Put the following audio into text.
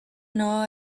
know